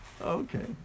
Okay